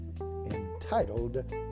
entitled